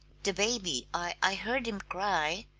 the baby, i i heard him cry,